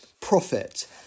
profit